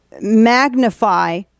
Magnify